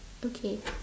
okay